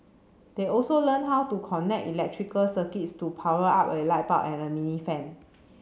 they also learn how to connect electrical circuits to power up a light bulb and a mini fan